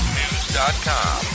news.com